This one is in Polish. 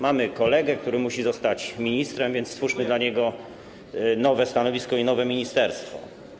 Mamy kolegę, który musi zostać ministrem, więc stwórzmy dla niego nowe stanowisko i nowe ministerstwo.